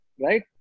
Right